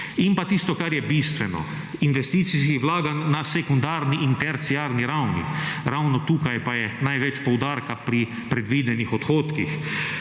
in pa tisto kar je bistveno, investicijskih vlaganj na sekundarni in terciarni ravni. Ravno tukaj pa je največ poudarka pri predvidenih odhodkih.